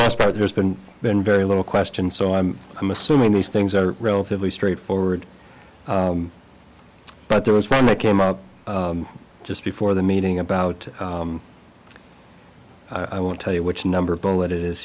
most part there's been been very little question so i'm i'm assuming these things are relatively straightforward but there was one that came up just before the meeting about i won't tell you which number bullet it is